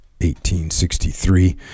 1863